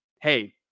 hey